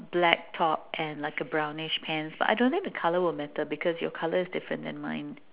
black top and like a brownish pants but I don't think the color will matter because your color is different than mine